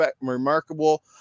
remarkable